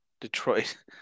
Detroit